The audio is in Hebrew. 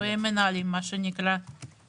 קטנועי מנהלים מה שנקרא,